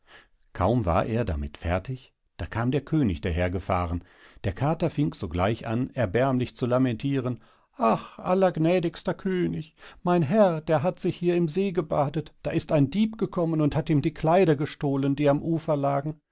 kaum war er damit fertig da kam der könig dahergefahren der kater fing sogleich an erbärmlich zu lamentiren ach allergnädigster könig mein herr der hat sich hier im see gebadet da ist ein dieb gekommen und hat ihm die kleider gestohlen die am ufer lagen